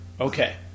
Okay